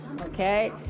Okay